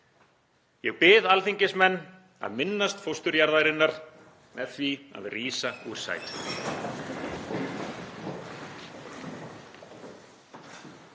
Ég bið alþingismenn að minnast fósturjarðarinnar með því að rísa úr sætum.